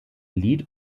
lied